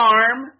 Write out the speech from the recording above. arm